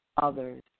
Others